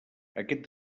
aquest